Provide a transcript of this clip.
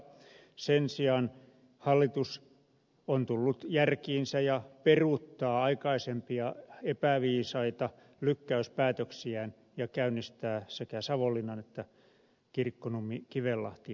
sen sijaan hallitus on tullut järkiinsä ja peruuttaa aikaisempia epäviisaita lykkäyspäätöksiään ja käynnistää sekä savonlinnan että kirkkonummikivenlahti tieosuuden peruskorjaushankkeet